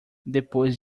depois